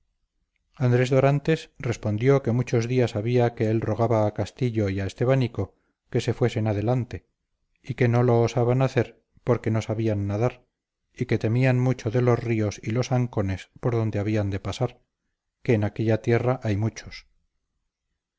andrés dorantes respondió que muchos días había que él rogaba a castillo y a estebanico que se fuesen adelante y que no lo osaban hacer porque no sabían nadar y que temían mucho de los ríos y los ancones por donde habían de pasar que en aquella tierra hay muchos